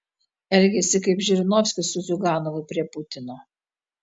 elgiasi kaip žirinovskis su ziuganovu prie putino